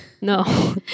No